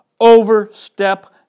overstep